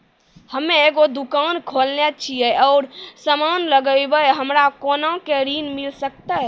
हम्मे एगो दुकान खोलने छी और समान लगैबै हमरा कोना के ऋण मिल सकत?